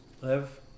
live